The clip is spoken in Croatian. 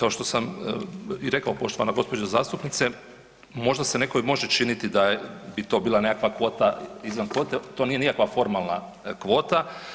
Kao što sam i rekao poštovana gospođo zastupnice možda se i nekom može činiti da bi to bila nekakva kvota izvan kvote, to nije nikakva formalna kvota.